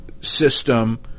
system